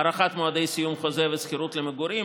(ב) הארכת מועדי סיום חוזה השכירות למגורים,